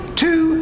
two